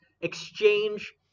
exchange